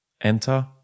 Enter